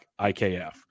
IKF